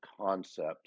concept